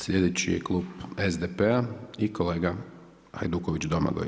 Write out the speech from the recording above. Sljedeći je klub SDP-a i kolega Hajduković Domagoj.